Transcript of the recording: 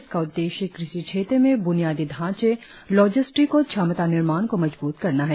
इसका उद्देश्य कृषि क्षेत्र में ब्नियादी ढांचे लॉजिस्टिक्स और क्षमता निर्माण को मजबूत करना है